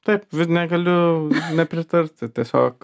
taip negaliu nepritarti tiesiog